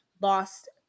lost